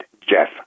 Jeff